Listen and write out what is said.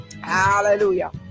Hallelujah